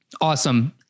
Awesome